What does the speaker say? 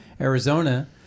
Arizona